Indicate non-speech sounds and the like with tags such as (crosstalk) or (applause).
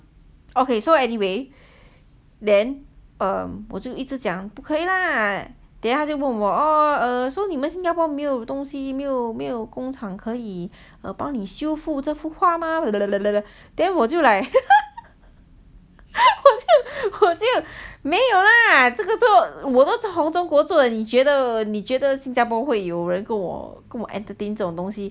okay so anyway then um 我就一直讲不可以 lah then 他就问我说你们新加坡没有东西没有工厂可以帮你修复这幅画吗 then 我就 like (laughs) 我就我就没有 lah 我都从中国做的你觉得你觉得新加坡会有人跟我 entertain 这种东西